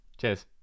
Cheers